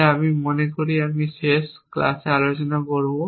তাই আমি মনে করি শেষ ক্লাসে আলোচনা করব